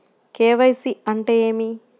KYC అంటే ఏమి?